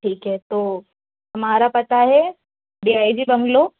ठीक है तो हमारा पता हे डि आइ जी बंगलो